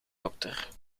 dokter